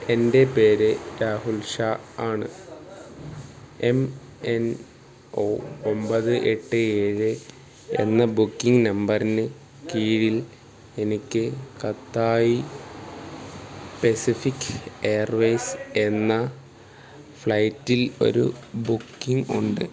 എന്റെ പേര് രാഹുൽ ഷാ ആണ് എം എൻ ഒ ഒമ്പത് എട്ട് ഏഴ് എന്ന ബുക്കിങ് നമ്പറിന് കീഴിൽ എനിക്ക് കത്തായി പെസിഫിക് എയർവൈസ് എന്ന ഫ്ലൈറ്റിൽ ഒരു ബുക്കിങ് ഉണ്ട്